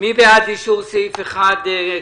מי בעד אישור סעיף 1?